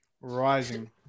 Rising